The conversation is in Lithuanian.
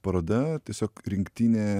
paroda tiesiog rinktinė